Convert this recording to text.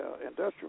industrial